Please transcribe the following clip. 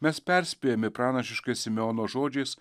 mes perspėjame pranašiškais simeono žodžiais